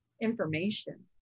information